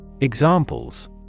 Examples